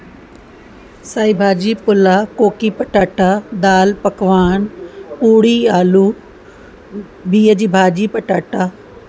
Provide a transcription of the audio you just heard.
साई भाॼी पुला कोकी पटाटा दालि पकवान पुरी आलू बिहु जी भाॼी पटाटा